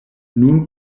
nun